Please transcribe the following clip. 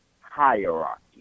hierarchy